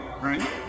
right